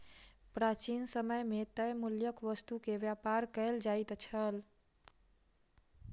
प्राचीन समय मे तय मूल्यक वस्तु के व्यापार कयल जाइत छल